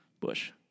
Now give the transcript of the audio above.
Bush